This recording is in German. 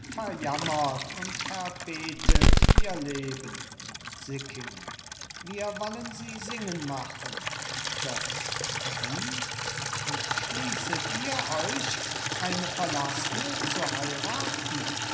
verjammert und verbetet ihr leben sickingen wir wollen sie singen machen götz wie entschließet ihr euch eine verlaßne zu heiraten